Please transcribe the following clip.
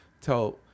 tell